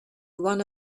one